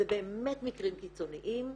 זה באמת מקרים קיצוניים.